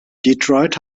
detroit